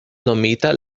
nomita